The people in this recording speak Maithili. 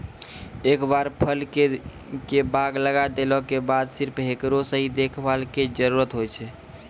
एक बार फल के बाग लगाय देला के बाद सिर्फ हेकरो सही देखभाल के जरूरत होय छै